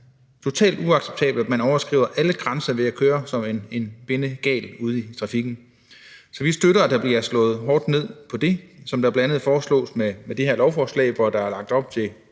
totalt uacceptabelt, at man overskrider alle grænser ved at køre som en bindegal ude i trafikken. Så vi støtter, at der bliver slået hårdt ned på det, som der bl.a. foreslås med det her lovforslag, hvor der er lagt op til